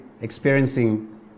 experiencing